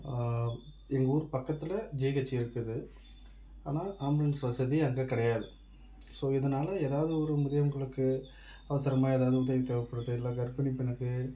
எங்கள் ஊர் பக்கத்தில் ஜிஹச் இருக்குது ஆனால் ஆம்புலன்ஸ் வசதி அங்கே கிடையாது ஸோ இதனால் ஏதாவது ஒரு முதியவங்களுக்கு அவசரமாக ஏதாவது உதவி தேவைப்படுது இல்லை கர்ப்பிணிப் பெண்ணுக்கு